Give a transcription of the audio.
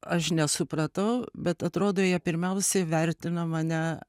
aš nesupratau bet atrodo jie pirmiausiai vertino mane